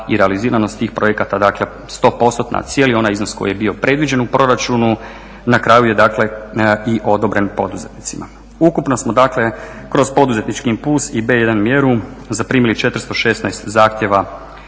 i realiziranost tih projekata, dakle 100%, a cijeli onaj iznos koji je bio predviđen u proračunu na kraju je dakle i odobren poduzetnicima. Ukupno smo dakle kroz poduzetnički impuls i B1 mjeru zaprimili 416 zahtjeva